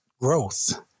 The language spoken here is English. growth